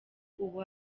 ubu